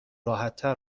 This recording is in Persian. راحتتر